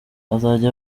azajya